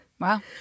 Wow